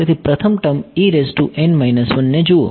તેથી પ્રથમ ટર્મ જુઓ